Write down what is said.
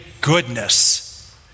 goodness